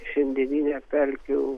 šiandieninė pelkių